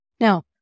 Now